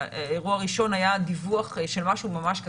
אירוע הראשון היה דיווח של משהו ממש קטסטרופלי,